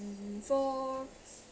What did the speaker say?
mm so